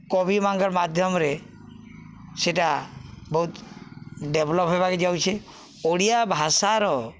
କବିମାନ୍କର୍ ମାଧ୍ୟମ୍ରେ ସେଟା ବହୁତ୍ ଡେଭ୍ଲପ୍ ହେବାକେ ଯାଉଛେ ଓଡ଼ିଆ ଭାଷାର